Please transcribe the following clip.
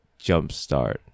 jumpstart